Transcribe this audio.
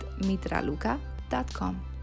mitraluka.com